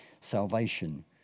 salvation